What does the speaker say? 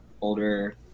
older